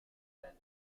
san